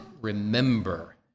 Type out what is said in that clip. remember